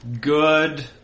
good